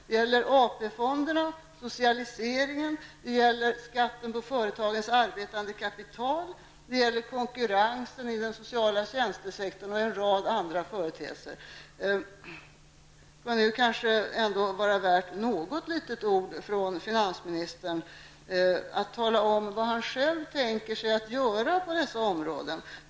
Det gäller AP-fonderna, socialiseringen, skatten på företagens arbetande kapital, konkurrensen inom den sociala tjänstesektorn och en rad andra företeelser. Detta borde ändå vara värt något litet ord från finansministern. Vad tänker han själv göra på dessa områden?